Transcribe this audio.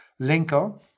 linker